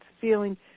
feeling